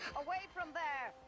away from there!